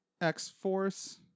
X-Force